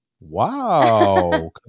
Wow